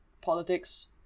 politics